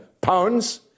pounds